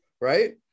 Right